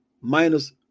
minus